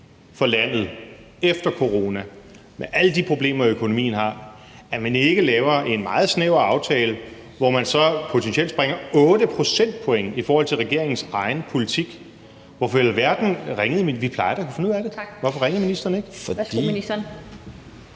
for landet efter corona med alle de problemer, økonomien har, at man ikke laver en meget snæver aftale, hvor man så potentielt springer 8 pct. i forhold til regeringens egen politik? Vi plejer da at kunne